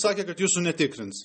sakė kad jūsų netikrins